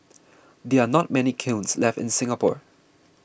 there are not many kilns left in Singapore